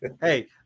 Hey